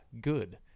good